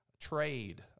trade